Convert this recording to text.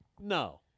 No